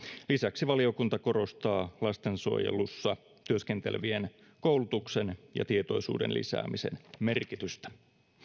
lisäksi valiokunta korostaa lastensuojelussa työskentelevien koulutuksen ja tietoisuuden lisäämisen merkitystä